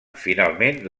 finalment